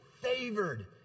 favored